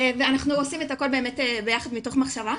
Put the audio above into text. ואנחנו עושים את הכל באמת ביחד מתוך מחשבה.